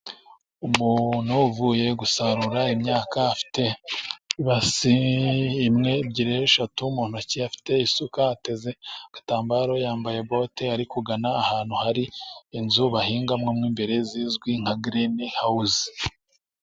Umuntu uvuye gusarura imyaka afite ibase imwe, ebyiri, eshatu mu ntoki. Afite isuka ateze agatambaro yambaye bote ari kugana ahantu hari inzu bahingamo imbere zizwi nka Girini hawuzi.